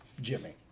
Jimmy